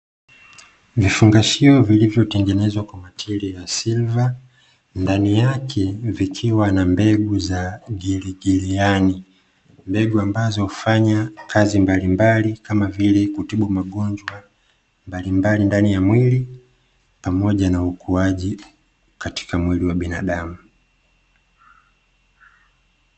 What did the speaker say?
Vifungashio vilivyotengenezwa kwa matirio ya silva, ndani yake vikiwa na mbegu za giligiliani, mbegu ambazo hufanya kazi mbalimbali kama vile kutibu magonjwa mbalimbali ndani ya mwili pamoja na ukuaji katika mwili wa binadamu.